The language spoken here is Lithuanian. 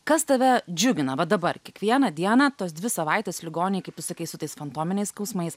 kas tave džiugina va dabar kiekvieną dieną tos dvi savaitės ligoninėj kaip tu sakai su tais fantominiais skausmais